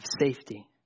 safety